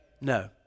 no